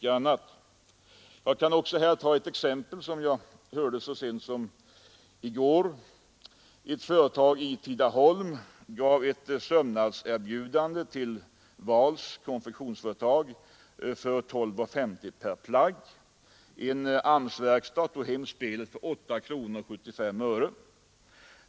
Jag kan också här anföra ett exempel som jag hörde så sent som i går. Ett företag i Tidaholm gav ett sömnadserbjudande till konfektionsföretaget Wahls för 12:50 per plagg, en AMS-verkstad tog hem spelet för 8:75.